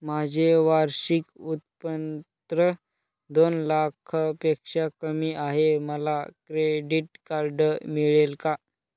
माझे वार्षिक उत्त्पन्न दोन लाखांपेक्षा कमी आहे, मला क्रेडिट कार्ड मिळेल का?